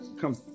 come